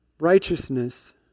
Righteousness